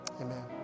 Amen